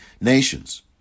nations